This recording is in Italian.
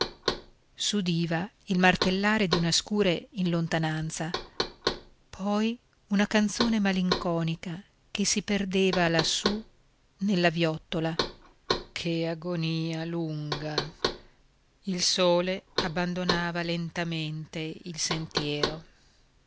fantasticherie s'udiva il martellare di una scure in lontananza poi una canzone malinconica che si perdeva lassù nella viottola che agonìa lunga il sole abbandonava lentamente il sentiero